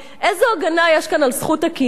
איזו הגנה יש כאן על זכות הקניין?